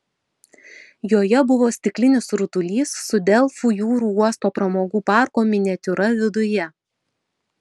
joje buvo stiklinis rutulys su delfų jūrų uosto pramogų parko miniatiūra viduje